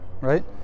right